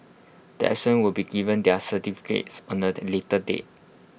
the absence will be given their certificates on A later date